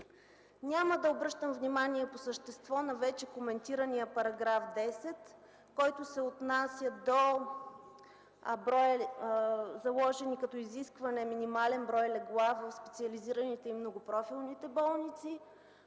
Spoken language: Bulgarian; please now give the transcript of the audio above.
Няма да обръщам внимание по същество на вече коментирания § 10, който се отнася до заложеното изискване за минимален брой легла в специализираните и многопрофилни болници.